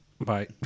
Bye